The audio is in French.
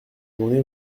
journée